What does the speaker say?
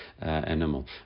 animal